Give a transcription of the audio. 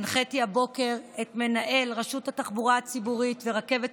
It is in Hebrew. הנחיתי הבוקר את מנהל רשות התחבורה הציבורית ורכבת